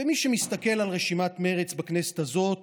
ומי שמסתכל על רשימת מרצ בכנסת הזאת